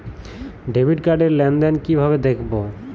Debit card র লেনদেন কিভাবে দেখবো?